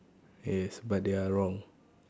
yes but they are wrong